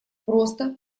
просто